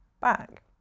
back